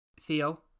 Theo